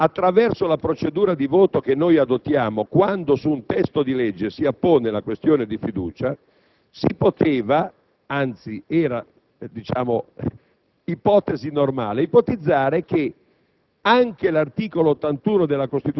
che riguardava il fatto che, attraverso la procedura di voto che noi adottiamo quando su un testo di legge si appone la questione di fiducia, si poteva, anzi era ipotesi normale, ipotizzare che